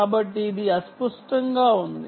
కాబట్టి ఇది అస్పష్టంగా ఉంది